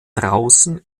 draußen